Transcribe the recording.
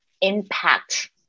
impact